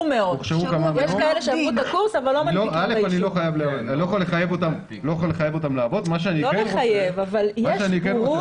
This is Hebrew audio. אנחנו היינו צריכים לרדוף אחרי הרופאים ואחרי